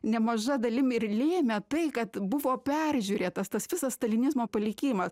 nemaža dalim ir lėmė tai kad buvo peržiūrėtas tas visas stalinizmo palikimą